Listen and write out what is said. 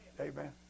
Amen